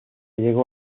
llegó